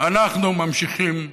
אנחנו ממשיכים,